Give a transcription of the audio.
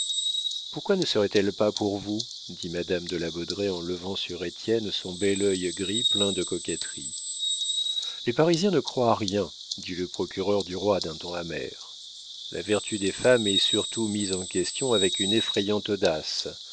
pourquoi ne seraient-elles pas pour vous dit madame de la baudraye en levant sur étienne son bel œil gris plein de coquetterie les parisiens ne croient à rien dit le procureur du roi d'un ton amer la vertu des femmes est surtout mise en question avec une effrayante audace